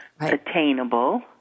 attainable